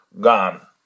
gone